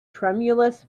tremulous